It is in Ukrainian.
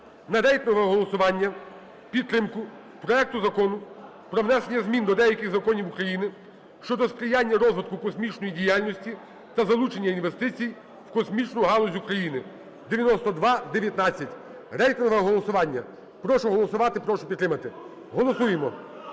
на рейтингове голосування в підтримку проекту Закону про внесення змін до деяких законів України щодо сприяння розвитку космічної діяльності та залучення інвестицій в космічну галузь України (9219). Рейтингове голосування, прошу голосувати, прошу підтримати. Голосуємо,